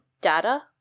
data